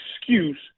excuse